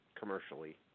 Commercially